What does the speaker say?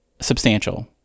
substantial